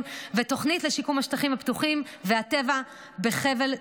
ותוכנית לשיקום השטחים הפתוחים והטבע בחבל תקומה.